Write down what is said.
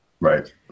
Right